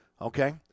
Okay